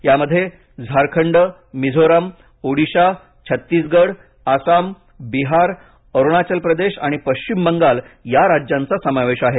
यामध्ये झारखंड मिझोरम ओडीशा छत्तीसगढ आसाम बिहार अरुणाचल प्रदेश आणि पश्चिम बंगाल या राज्यांचा समावेश आहे